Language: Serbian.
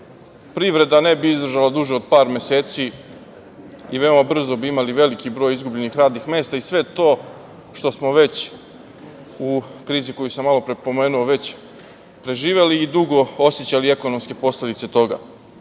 privreda ne bi izdržala duže od par meseci i veoma brzo bi imali veliki broj izgubljenih radnih mesta i sve to što smo već u krizi koju sam malopre pomenuo već preživeli i dugo osećali ekonomske posledice toga. Još